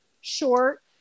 short